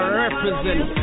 represent